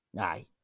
Aye